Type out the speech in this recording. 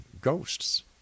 ghosts